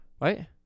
right